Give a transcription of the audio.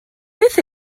beth